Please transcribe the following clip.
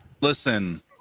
Listen